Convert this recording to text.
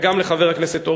וגם לחבר הכנסת הורוביץ,